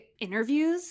interviews